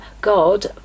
God